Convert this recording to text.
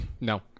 No